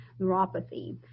neuropathy